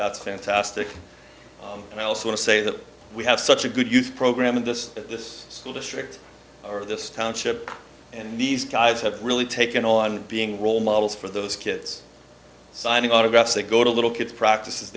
that's fantastic and i also want to say that we have such a good youth program in this at this school district or this township and these guys have really taken on being role models for those kids signing autographs they go to little kids practices